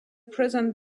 present